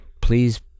please